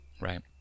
right